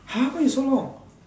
!huh! why you so long